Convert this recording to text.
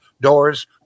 doors